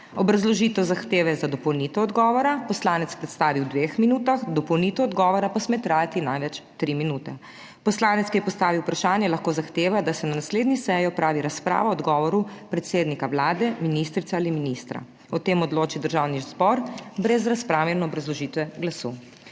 Obrazložitev zahteve za dopolnitev odgovora poslanec predstavi v dveh minutah, dopolnitev odgovora pa sme trajati največ 3 minute. Poslanec, ki je postavil vprašanje, lahko zahteva, da se na naslednji seji opravi razprava o odgovoru predsednika Vlade, ministrice ali ministra, o tem odloči Državni zbor brez razprave in obrazložitve glasu.